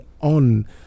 on